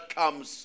comes